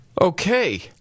Okay